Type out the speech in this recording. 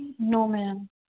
no ma'am